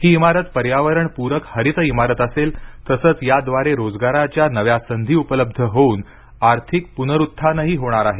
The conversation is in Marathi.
ही इमारत पर्यावरणप्रक हरित इमारत असेल तसंच याद्वारे रोजगाराच्या नव्या संधी उपलब्ध होऊन आर्थिक पुनरुथ्थानही होणार आहे